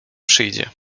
przyjdzie